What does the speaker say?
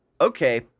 okay